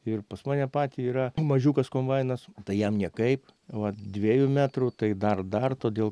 ir pas mane patį yra mažiukas kombainas tai jam niekaip va dviejų metrų tai dar dar todėl